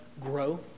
grow